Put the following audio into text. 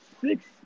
six